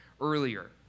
earlier